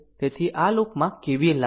તેથી આ લુપમાં KVL લાગુ કરો